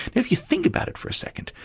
if you think about it for a second,